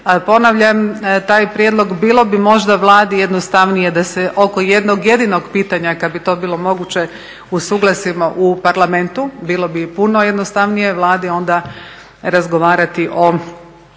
Ponavljam, taj prijedlog bilo bi možda Vladi jednostavnije da se oko jednog jedinog pitanja kad bi to bilo moguće usuglasimo u Parlamentu, bilo bi puno jednostavnije Vladi onda razgovarati o